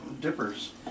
dippers